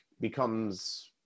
becomes –